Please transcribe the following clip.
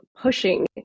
pushing